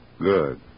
Good